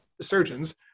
surgeons